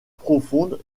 profonde